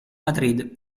madrid